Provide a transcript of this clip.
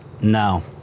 No